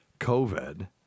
COVID